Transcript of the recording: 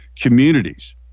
communities